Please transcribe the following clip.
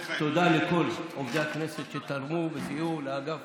תודה לכל עובדי הכנסת שתרמו וסייעו, לאגף